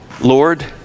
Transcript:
Lord